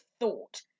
thought